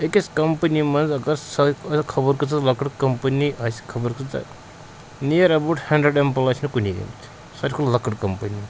أکِس کَمپٔنی منٛز اگر سۄے اگر خبر کۭژاہ لۄکٕٹ کَمپٔنی آسہِ خبر کۭژاہ نِیَر اٮ۪باوُٹ ہنٛڈرنٛڈ اٮ۪مپٕلاے چھِنہٕ کُنی گٔمٕتۍ ساروی کھۄتہٕ لۄکٕٹ کَمپٔنی